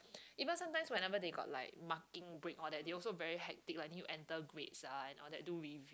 because sometimes whenever they got like marking break all that they also very hectic like need to enter grades ah and all that do review